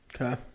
Okay